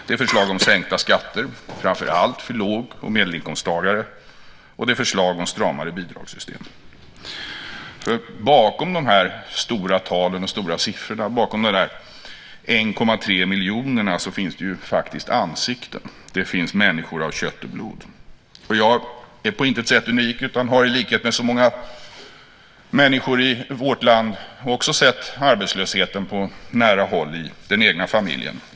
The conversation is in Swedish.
Det är förslag om sänkta skatter framför allt för låg och medelinkomsttagare och förslag om stramare bidragssystem. Bakom de stora talen och stora siffrorna - bakom de 1,3 miljonerna - finns det faktiskt ansikten. Det finns människor av kött och blod. Jag är på intet sätt unik utan har i likhet med så många människor i vårt land också sett arbetslösheten på nära håll i den egna familjen.